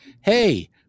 Hey